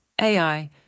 AI